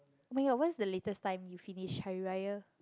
oh-my-god what's the latest time you finish Hari-Raya